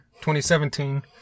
2017